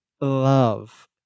love